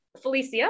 Felicia